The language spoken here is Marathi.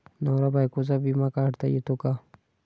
नवरा बायकोचा विमा काढता येतो का?